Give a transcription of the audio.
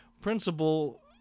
principle